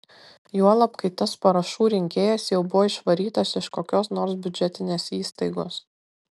juolab kai tas parašų rinkėjas jau buvo išvarytas iš kokios nors biudžetinės įstaigos